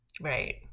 right